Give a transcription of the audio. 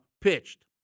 pitched